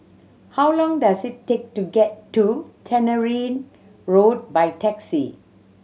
how long does it take to get to Tannery Road by taxi